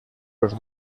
los